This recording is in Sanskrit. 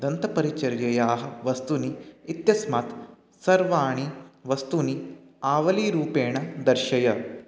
दन्तपरिचर्यायाः वस्तूनि इत्यस्मात् सर्वाणि वस्तूनि आवलीरूपेण दर्शय